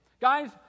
Guys